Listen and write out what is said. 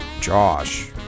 Josh